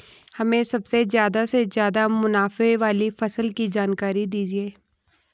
हमें सबसे ज़्यादा से ज़्यादा मुनाफे वाली फसल की जानकारी दीजिए